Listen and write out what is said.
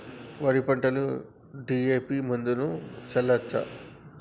వరి పంట డి.ఎ.పి మందును చల్లచ్చా?